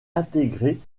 intégrée